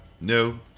No